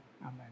Amen